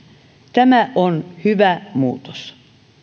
tämä on hyvä muutos